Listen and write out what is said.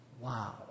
Wow